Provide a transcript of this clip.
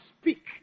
speak